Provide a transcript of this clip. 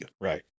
Right